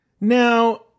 Now